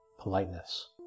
politeness